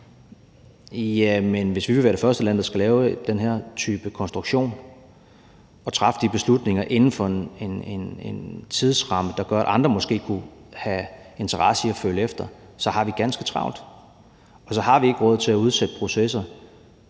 og vi vil være det første land, der skal lave den her type konstruktion og træffe de beslutninger inden for en tidsramme, der gør, at andre måske kunne have interesse i at følge efter, så har vi ganske travlt, og så har vi ikke råd til at udsætte processer